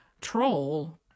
troll